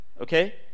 okay